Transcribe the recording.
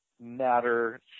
matter